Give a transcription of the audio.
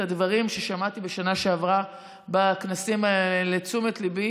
הדברים ששמעתי בשנה שעברה בכנסים לתשומת ליבי